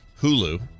Hulu